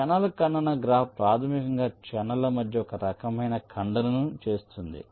channel ఖండన graph ప్రాథమికంగా ఛానెల్ల మధ్య ఈ రకమైన ఖండనను చేస్తుంది